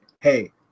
hey